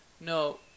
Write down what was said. no